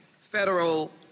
federal